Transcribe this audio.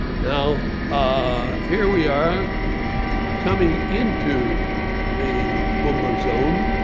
now ah here we are coming into the boma zone.